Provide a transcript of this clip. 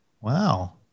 Wow